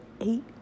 Eight